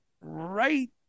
right